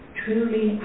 truly